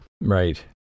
Right